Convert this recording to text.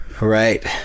right